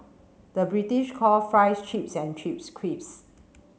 the British call fries chips and chips crisps